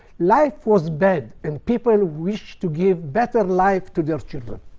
life was bad and people wished to give better life to their children.